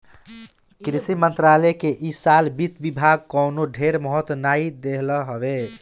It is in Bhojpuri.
कृषि मंत्रालय के इ साल वित्त विभाग कवनो ढेर महत्व नाइ देहलस हवे